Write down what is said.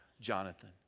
Jonathan